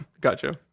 gotcha